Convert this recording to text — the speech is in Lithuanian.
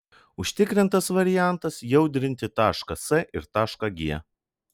užtikrintas variantas jaudrinti tašką s ir tašką g